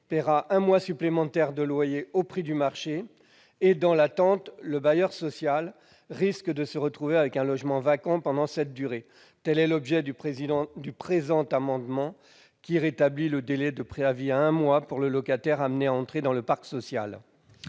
paiera un mois supplémentaire de loyer au prix du marché et, dans l'attente, le bailleur social risque de se retrouver avec un logement vacant pendant cette durée. Le présent amendement a donc pour objet de rétablir le délai de préavis à un mois pour le locataire amené à entrer dans le parc social.